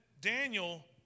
Daniel